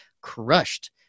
crushed